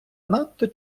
надто